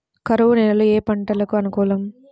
కరువు నేలలో ఏ పంటకు అనుకూలం?